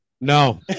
No